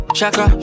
Shaka